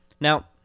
Now